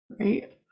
right